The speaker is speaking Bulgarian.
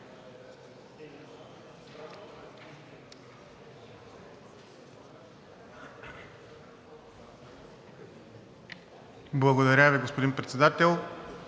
Благодаря, господин Председател.